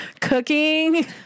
cooking